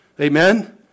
Amen